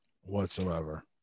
whatsoever